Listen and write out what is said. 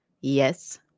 Yes